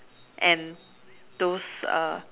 and those err